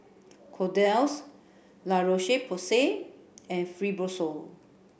Kordel's La Roche Porsay and Fibrosol